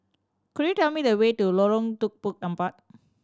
could you tell me the way to Lorong Tukang Empat